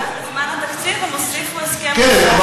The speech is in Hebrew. ואז בזמן התקציב הם הוסיפו הסכם, כן.